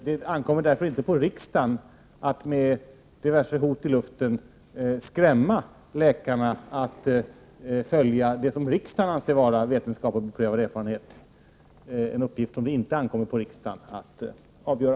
Det ankommer därför inte på riksdagen att med diverse hot i luften skrämma läkare att följa vad riksdagen anser vara 2 vetenskap och beprövad erfarenhet — eftersom detta inte heller ankommer på riksdagen att avgöra.